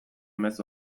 mezu